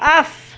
off